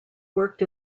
worked